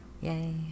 Yay